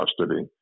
custody